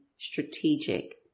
strategic